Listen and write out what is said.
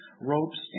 ropes